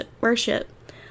worship